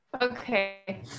Okay